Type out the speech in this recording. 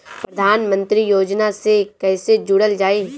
प्रधानमंत्री योजना से कैसे जुड़ल जाइ?